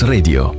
Radio